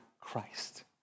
Christ